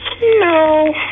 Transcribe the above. No